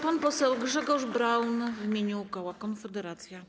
Pan poseł Grzegorz Braun w imieniu koła Konfederacja.